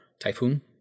Typhoon